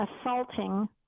assaulting